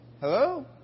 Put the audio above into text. Hello